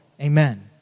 Amen